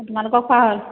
তোমালোকৰ খোৱা হ'ল